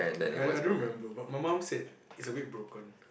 I I don't remember but my mum said it's a bit broken